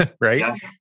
right